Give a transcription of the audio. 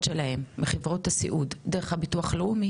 שלהם מחברות הסיעוד דרך הביטוח הלאומי,